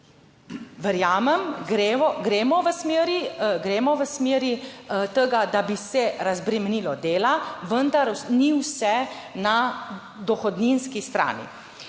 v smeri, gremo v smeri tega, da bi se razbremenilo dela, vendar ni vse na dohodninski strani.